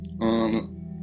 on